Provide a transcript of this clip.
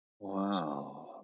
Wow